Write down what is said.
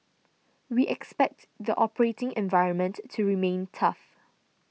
we expect the operating environment to remain tough